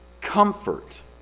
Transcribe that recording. comfort